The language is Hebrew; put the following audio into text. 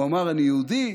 הוא אמר: אני יהודי